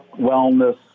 wellness